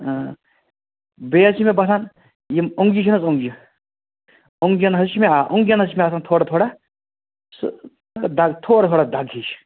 بیٚیہِ حظ چھِ مےٚ باسان یِم اوٚنٛگجہِ چھِنہٕ حظ اوٚنٛگجہِ اوٚنٛگجَن حظ چھِ مےٚ آ اوٚنٛگجَن حظ چھِ مےٚ آسان تھوڑا تھوڑا سُہ دَگ تھوڑا تھوڑا دَگ ہِش